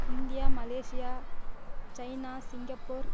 India Malaysia China Singapore